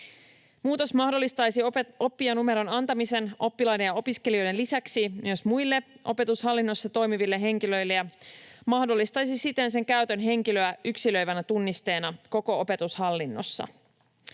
Muutos mahdollistaisi oppijanumeron antamisen oppilaiden ja opiskelijoiden lisäksi myös muille opetushallinnossa toimiville henkilöille ja mahdollistaisi siten sen käytön henkilöä yksilöivänä tunnisteena koko opetushallinnossa.